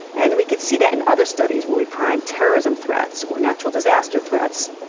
and we could see that in other studies where we prime terrorism threats or natural disaster threats.